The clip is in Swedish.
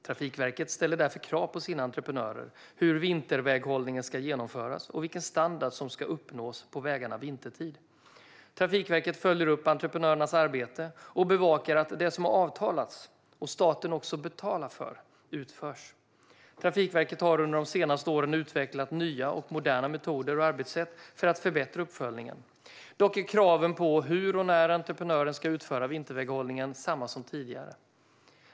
Trafikverket ställer därför krav på sina entreprenörer när det gäller hur vinterväghållningen ska genomföras och vilken standard som ska uppnås på vägarna vintertid. Trafikverket följer upp entreprenörernas arbete och bevakar att det som har avtalats, och som staten också betalar för, utförs. Trafikverket har under de senaste åren utvecklat nya och moderna metoder och arbetssätt för att förbättra uppföljningen. Dock är kraven på hur och när entreprenören ska utföra vinterväghållningen desamma som tidigare.